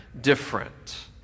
different